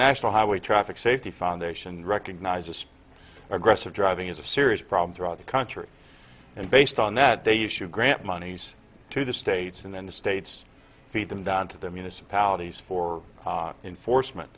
national highway traffic safety foundation recognizes aggressive driving is a serious problem throughout the country and based on that they you should grant monies to the states and then the states feed them down to the municipalities for enforcement